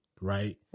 right